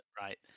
right